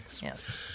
yes